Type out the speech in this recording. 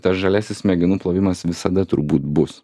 tas žaliasis smegenų plovimas visada turbūt bus